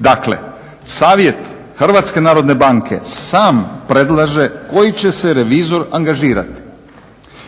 Dakle, Savjet HNB-a sam predlaže koji će se revizor angažirati.